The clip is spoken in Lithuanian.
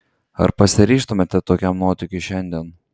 ar pasiryžtumėte tokiam nuotykiui šiandien